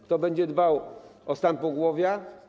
Kto będzie dbał o stan pogłowia?